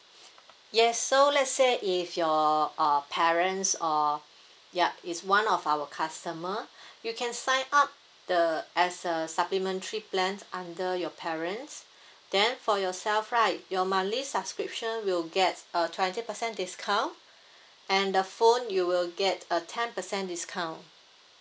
yes so let's say if your uh parents uh yup is one of our customer you can sign up the as a supplementary plan under your parents then for yourself right your monthly subscription will get a twenty percent discount and the phone you will get a ten percent discount